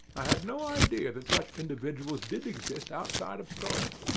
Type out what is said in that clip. i had no idea that such individuals did exist outside of stories.